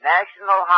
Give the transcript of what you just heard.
National